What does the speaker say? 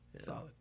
solid